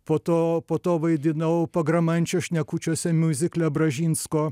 po to po to vaidinau pagramančio šnekučiuose miuzikle bražinsko